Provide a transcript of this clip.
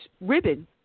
ribbon